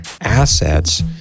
assets